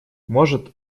может